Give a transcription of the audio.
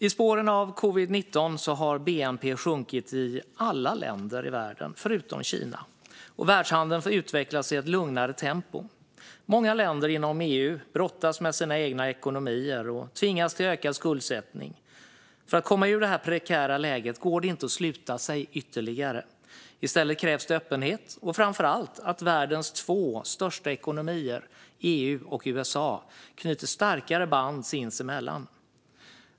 I spåren av covid-19 har bnp sjunkit i alla länder i världen utom Kina, och världshandeln utvecklats i ett lugnare tempo. Många länder inom EU brottas med sina egna ekonomier och tvingas till ökad skuldsättning. För att komma ur detta prekära läge går det inte att sluta sig ytterligare. I stället krävs det öppenhet och framför allt att världens två största ekonomier, EU och USA, knyter starkare band sinsemellan.